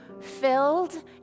filled